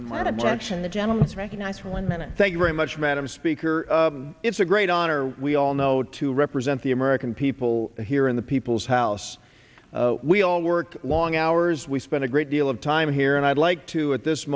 dad watching the gentleman's recognized one minute thank you very much madam speaker it's a great honor we all know to represent the american people here in the people's house we all work long hours we spend a great deal of time here and i'd like to at this